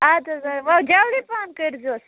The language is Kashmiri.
اَدٕ حظ جلدی پَہَم کٔرۍزیوس